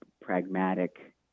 pragmatic